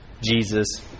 Jesus